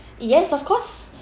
yes of course